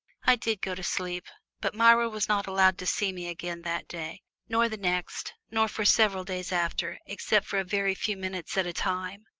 i did go to sleep, but myra was not allowed to see me again that day, nor the next nor for several days after, except for a very few minutes at a time.